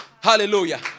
Hallelujah